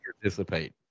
participate